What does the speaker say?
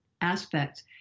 aspects